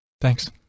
Thanks